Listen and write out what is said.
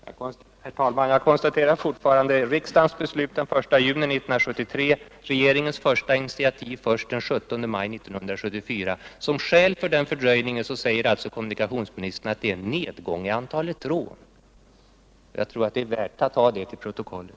Herr talman! Jag konstaterar fortfarande: Riksdagens beslut fattades den 1 juni 1973, regeringens första initiativ togs inte förrän den 17 maj 1974. Som skäl för denna fördröjning anger kommunikationsministern att det skett en nedgång i antalet rån. Jag tror det är värt att ta detta till protokollet.